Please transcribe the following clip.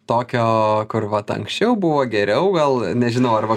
tokio kur vat anksčiau buvo geriau gal nežinau arba